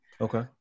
Okay